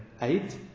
eight